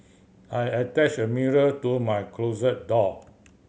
I attach a mirror to my closet door